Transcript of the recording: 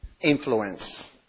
influence